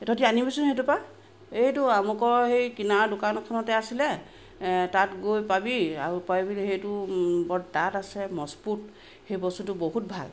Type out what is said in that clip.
তহঁতি আনিবিচোন সেইটো পৰা এইটো আমুকৰ হেৰি কিনাৰৰ দোকানখনতে আছিলে তাত গৈ পাবি আৰু পাবি দে সেইটো বৰ ডাঠ আছে মজবুত সেই বস্তুটো বহুত ভাল